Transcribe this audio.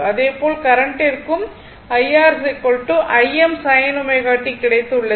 அதேபோல் கரண்ட்டிற்கும் IR Im sin ω t கிடைத்துள்ளது